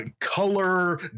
color